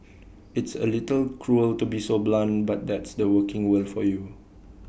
it's A little cruel to be so blunt but that's the working world for you